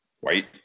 white